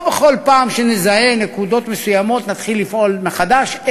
לא בכל פעם שנזהה נקודות מסוימות נתחיל לפעול מחדש,